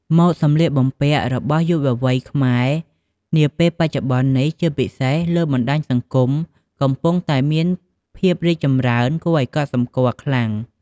ម៉ូដសម្លៀកបំពាក់របស់យុវវ័យខ្មែរនាពេលបច្ចុប្បន្ននេះ ជាពិសេសលើបណ្ដាញសង្គម កំពុងតែមានភាពរីកចម្រើនគួរឲ្យកត់សម្គាល់ខ្លាំង។